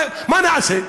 מה נעשה?